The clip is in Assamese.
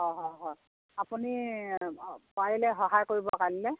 অ' হয় হয় আপুনি পাৰিলে সহায় কৰিব কালিলৈ